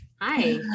Hi